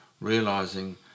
realizing